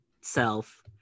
self